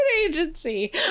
agency